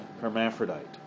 hermaphrodite